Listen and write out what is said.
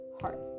heart